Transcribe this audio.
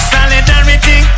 Solidarity